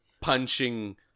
punching